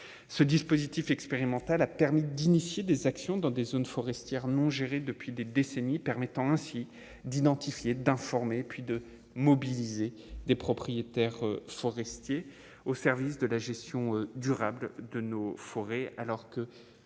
ce dispositif expérimental a permis d'initier des actions dans des zones forestières non géré depuis des décennies, permettant ainsi d'identifier, d'informer, puis de mobiliser des propriétaires forestiers au service de la gestion durable de nos forêts, alors que